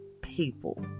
people